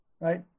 right